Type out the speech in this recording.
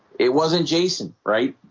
it wasn't jason right?